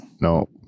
No